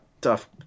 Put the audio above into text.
tough